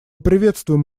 приветствуем